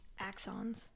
Axons